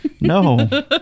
No